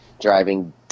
driving